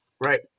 right